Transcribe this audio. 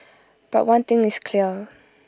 but one thing is clear